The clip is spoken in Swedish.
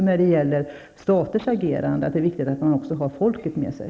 När det gäller staters agerande är det mycket viktigt att man även har folket med sig.